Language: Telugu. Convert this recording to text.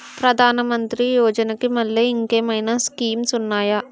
ప్రధాన మంత్రి యోజన కి మల్లె ఇంకేమైనా స్కీమ్స్ ఉన్నాయా?